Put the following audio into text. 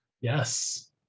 Yes